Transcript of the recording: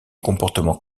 comportements